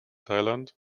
thailand